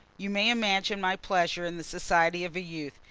you may imagine my pleasure in the society of a youth,